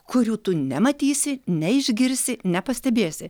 kurių tu nematysi neišgirsi nepastebėsi